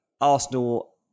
Arsenal